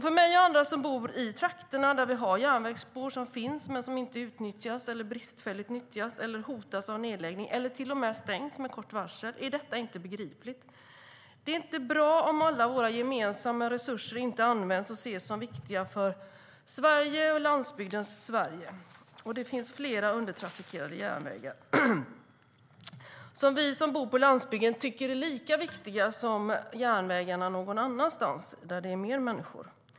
För mig och andra som bor i trakter där vi har järnvägsspår som inte utnyttjas, nyttjas bristfälligt, hotas av nedläggning eller till och med stängs med kort varsel är detta inte begripligt. Det är inte bra om alla våra gemensamma resurser inte används och inte ses som viktiga för Sverige, landsbygdens Sverige. Det finns flera undertrafikerade järnvägar som vi som bor på landsbygden tycker är lika viktiga som järnvägarna någon annanstans, där det finns fler människor.